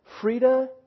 Frida